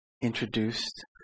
introduced